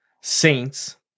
Saints